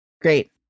Great